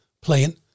playing